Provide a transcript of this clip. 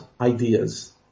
ideas